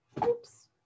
Oops